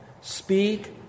Speak